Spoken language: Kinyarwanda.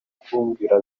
kumbwira